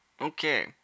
Okay